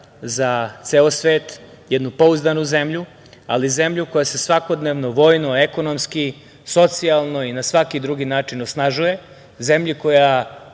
za ceo svet, jednu pouzdanu zemlju, ali zemlju koja se svakodnevno vojno, ekonomski, socijalno i na svaki drugi način osnažuje, zemlju koja